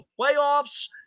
playoffs